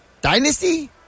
Dynasty